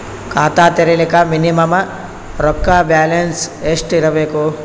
ಖಾತಾ ತೇರಿಲಿಕ ಮಿನಿಮಮ ರೊಕ್ಕ ಬ್ಯಾಲೆನ್ಸ್ ಎಷ್ಟ ಇರಬೇಕು?